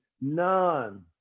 None